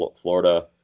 Florida